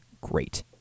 great